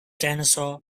dinosaur